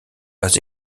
pas